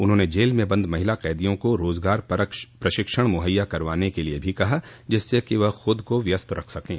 उन्होंने जेल में बंद महिला कैदिया को रोजगारपरक प्रशिक्षण मुहैया करवाने के लिए भी कहा जिससे कि वह खुद को व्यस्त रख सकें